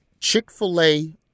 Chick-fil-A